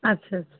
আচ্ছা আচ্ছা